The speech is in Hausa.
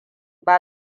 ba